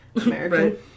American